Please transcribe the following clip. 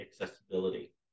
accessibility